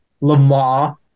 Lamar